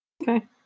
Okay